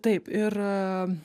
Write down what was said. taip ir